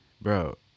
bro